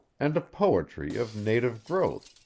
and a poetry of native growth,